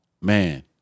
man